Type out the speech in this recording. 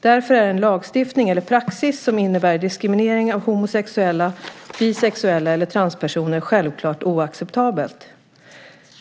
Därför är en lagstiftning eller praxis som innebär diskriminering av homosexuella, bisexuella eller transpersoner självklart oacceptabel.